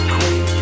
Queen